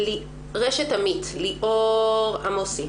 רשת אמי"ת, ליאור עומסי.